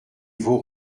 vaux